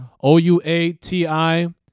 O-U-A-T-I